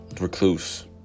recluse